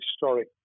historic